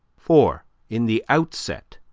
for in the outset,